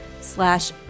slash